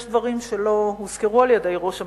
יש דברים שלא הוזכרו על-ידי ראש הממשלה,